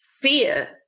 fear